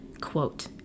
quote